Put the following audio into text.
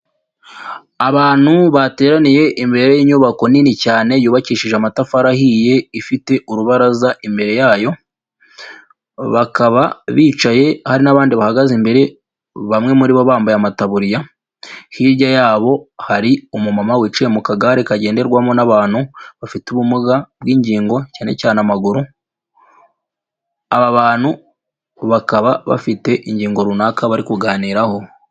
Abantu bateraniye imbere y'inyubako nini cyane yubakishije amatafari ahiye ifite urubaraza imbere yayo, bakaba bicaye hari n'abandi bahagaze imbere bamwe muri bo bambaye amataburiya, hirya yabo hari umumama wicaye mu kagare kagenderwamo n'abantu bafite ubumuga bw'ingingo cyane cyane amaguru, aba bantu bakaba bafite ingingo runaka bari kuganiraho.